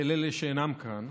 ולאלה שאינם כאן,